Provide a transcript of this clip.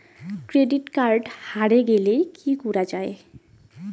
Credit card হারে গেলে কি করা য়ায়?